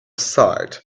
sight